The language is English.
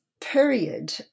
period